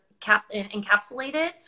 encapsulated